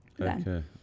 okay